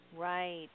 Right